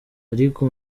ariko